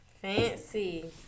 Fancy